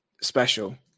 special